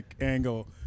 angle